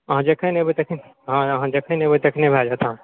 अहाँ जखन एबय तखन हँ अहाँ जखन एबय तखने भए जायत